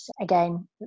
again